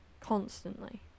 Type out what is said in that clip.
constantly